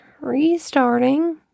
Restarting